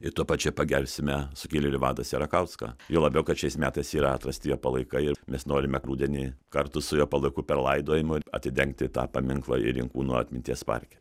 i tuo pačiu pagersime sukilėlių vadą sierakauską juo labiau kad šiais metais yra atrasti jo palaikai ir mes norime rudenį kartu su jo palaikų perlaidojimu atidengti tą paminklą ir inkūnų atminties parke